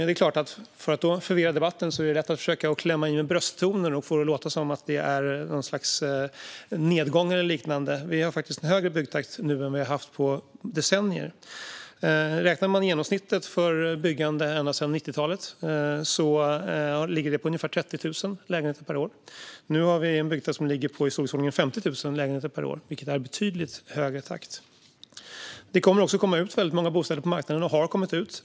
För att då förvirra debatten är det ju lätt att försöka klämma i med brösttoner och få det att låta som att det är något slags nedgång eller liknande, men vi har faktiskt högre byggtakt nu än vad vi har haft på decennier. Genomsnittet för byggda lägenheter låg under 90-talet på ungefär 30 000 per år. Nu har vi en byggtakt som ligger i storleksordningen 50 000 lägenheter per år, vilket är en betydligt högre takt. Det kommer också att komma ut väldigt många bostäder på marknaden och har kommit ut.